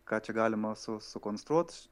ką čia galima su sukonstruot